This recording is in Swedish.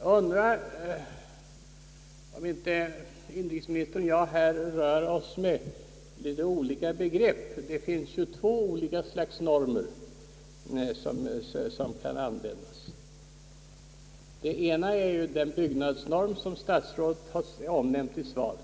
Jag undrar om inte inrikesministern och jag här rör oss med olika begrepp. Det finns nämligen två olika slags normtal. Det ena är den byggnadsnorm som statsrådet har använt i svaret.